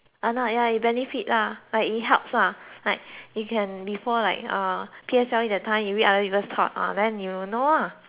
you benefit ah like it helps ah like you can before like ah P_S_L_E that time you read other people thoughts ah then you know ah